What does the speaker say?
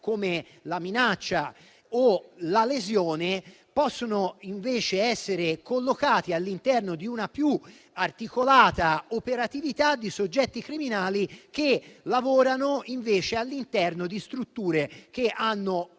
come la minaccia o la lesione, possono essere collocati all'interno di una più articolata operatività di soggetti criminali che lavorano all'interno di strutture che hanno una